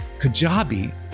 Kajabi